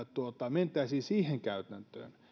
mentäisiin siihen käytäntöön